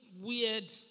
weird